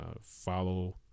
follow